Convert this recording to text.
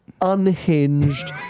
Unhinged